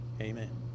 Amen